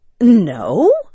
No